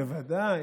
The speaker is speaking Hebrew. בוודאי.